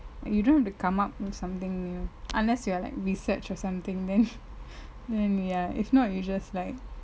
you don't have to come up with something new unless you are like research or something then then ya if not you just like